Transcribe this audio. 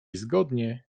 zgodnie